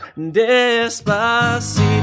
Despacito